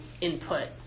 input